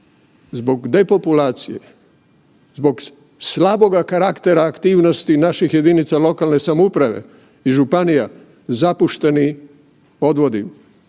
zbog depopulacije, zbog slaboga karaktera aktivnosti naših jedinica lokalne samouprave i županija, zapušteni odvodi,